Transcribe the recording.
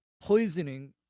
poisoning